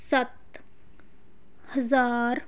ਸੱਤ ਹਜ਼ਾਰ